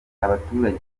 abaturage